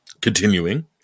Continuing